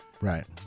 Right